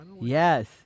yes